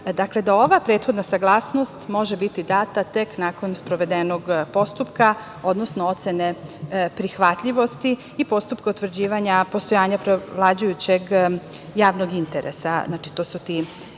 Dakle, da ova prethodna saglasnost može biti data tek nakon sprovedenog postupka odnosno ocene prihvatljivosti i postupka potvrđivanja postojanja preovlađujućeg javnog interesa. Znači, to su ti